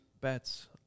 bets